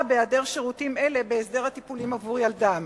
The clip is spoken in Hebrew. בהיעדר שירותים אלה בהסדר הטיפולים עבור ילדם.